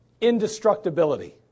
indestructibility